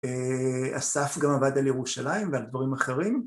אסף גם עבד על ירושלים ועל דברים אחרים.